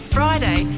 Friday